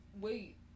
wait